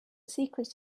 secret